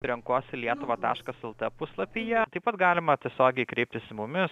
renkuosi lietuvą taškas lt puslapyje taip pat galima tiesiogiai kreiptis į mumis